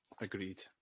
agreed